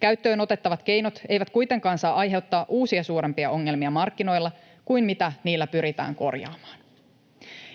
Käyttöön otettavat keinot eivät kuitenkaan saa aiheuttaa uusia, suurempia ongelmia markkinoilla kuin ne, mitä niillä pyritään korjaamaan.